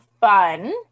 fun